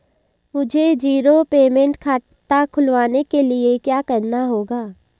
मुझे zero payment खाता खुलवाने के लिए क्या करना होगा?